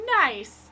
nice